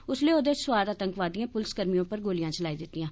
उसलै ओह्दे च सोआर आतंकवादिएं पुलसकर्मिएं उप्पर गोलियां चलाई दित्तियां